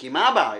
כי מה הבעיה?